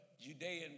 Judean